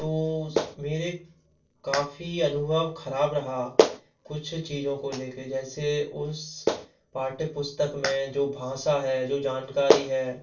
तो मेरे काफ़ी अनुभव ख़राब रहा कुछ चीज़ों को लेकर जैसे उस पाठ्यपुस्तक में जो भाषा है जो जानकारी है